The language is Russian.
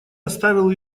оставил